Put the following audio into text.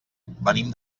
venim